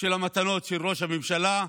המתנות של ראש הממשלה,